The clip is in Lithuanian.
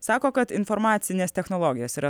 sako kad informacinės technologijos yra